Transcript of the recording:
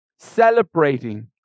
celebrating